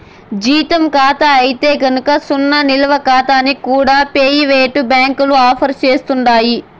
జీతం కాతా అయితే గనక సున్నా నిలవ కాతాల్ని కూడా పెయివేటు బ్యాంకులు ఆఫర్ సేస్తండాయి